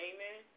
Amen